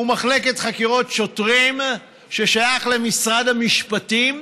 הוא מחלקת חקירות שוטרים ששייכת למשרד המשפטים,